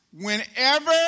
whenever